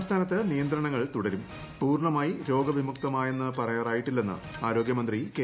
സംസ്ഥാനത്ത് നിയന്ത്ര്ണങ്ങൾ തുടരും പൂർണ്ണമായി രോഗവിമുക്തമായെന്ന് പ്രൂപ്പറയാറായിട്ടില്ലെന്ന് ആരോഗ്യമന്ത്രി കെ